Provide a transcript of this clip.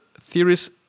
theories